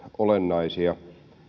olennaisia